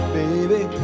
baby